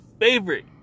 favorite